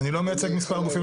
אני לא מייצג מס' גופים,